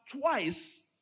twice